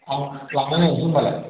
आं लांना नायनोसै होनबालाय